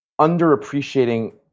underappreciating